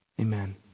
Amen